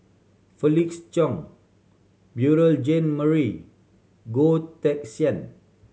Felix Cheong Beurel Jean Marie Goh Teck Sian